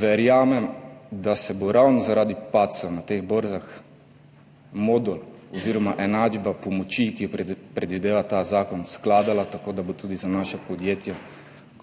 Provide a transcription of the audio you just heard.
Verjamem, da se bo ravno zaradi padca na teh borzah modul oziroma enačba pomoči, ki jo predvideva ta zakon, skladala tako, da bo tudi za naša podjetja